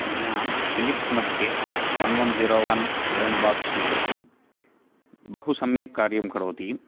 मया फिलिप्स् मध्ये one one zero one iron box स्वीकृतम् बहु सम्यक् कार्यं करोति